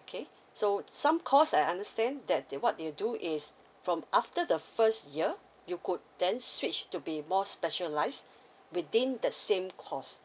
okay so some course I understand that they what they do is from after the first year you could then switch to be more specialised within the same course